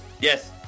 Yes